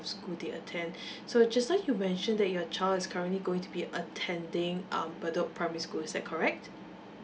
school they attend so just now you mentioned that your child is currently going to be attending um bedok primary school is that correct